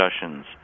discussions